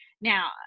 Now